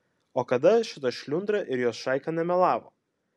o kada šita šliundra ir jos šaika nemelavo